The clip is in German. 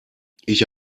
ich